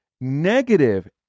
negative